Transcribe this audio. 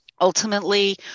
Ultimately